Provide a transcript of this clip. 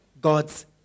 God's